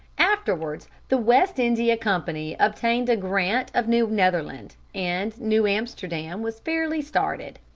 afterwards the west india company obtained a grant of new netherland, and new amsterdam was fairly started.